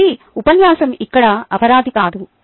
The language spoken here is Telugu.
కాబట్టి ఉపన్యాసం ఇక్కడ అపరాధి కాదు